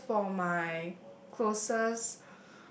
just for my closest